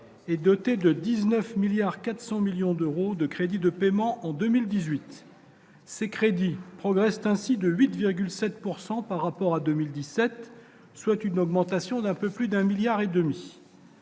et doté de 19 milliards 400 millions d'euros de crédits de paiement en 2018 ces crédits progressent ainsi de 8,7 pourcent par rapport à 2017, soit une augmentation d'un peu plus d'un milliard et demi.